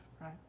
right